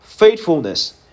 faithfulness